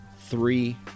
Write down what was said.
Three